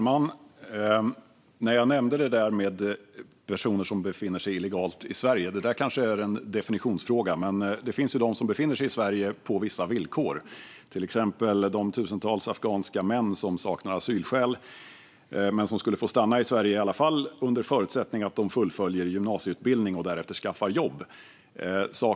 Fru talman! Det där med personer som befinner sig illegalt i Sverige kanske är en definitionsfråga. Men det finns de som befinner sig i Sverige på vissa villkor, till exempel de tusentals afghanska män som saknar asylskäl men som ändå får stanna i Sverige under förutsättning att de fullföljer gymnasieutbildning och därefter skaffar jobb.